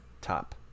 top